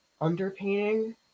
underpainting